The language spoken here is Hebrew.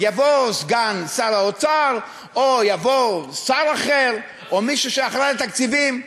יבוא סגן שר האוצר או יבוא שר אחר או מישהו שאחראי על תקציבים,